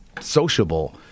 sociable